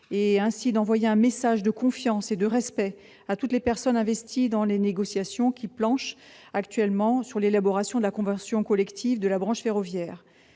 vous enverriez un message de confiance et de respect à toutes les personnes investies dans les négociations, qui planchent actuellement sur l'élaboration de la convention collective de la branche ferroviaire.